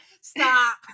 Stop